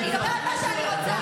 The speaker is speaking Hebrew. מה להתבייש?